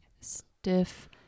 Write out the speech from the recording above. stiff